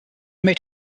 made